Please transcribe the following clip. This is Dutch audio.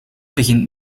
begint